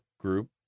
group